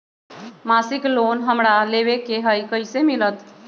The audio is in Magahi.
मासिक लोन हमरा लेवे के हई कैसे मिलत?